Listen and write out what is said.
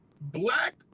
black